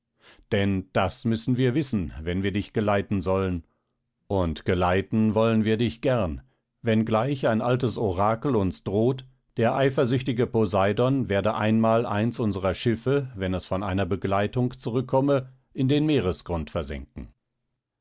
denn das müssen wir wissen wenn wir dich geleiten sollen und geleiten wollen wir dich gern wenngleich ein altes orakel uns droht der eifersüchtige poseidon werde einmal eins unserer schiffe wenn es von einer begleitung zurückkomme in den meeresgrund versenken